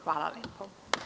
Hvala lepo.